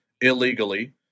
illegally